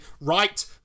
right